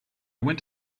went